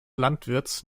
landwirts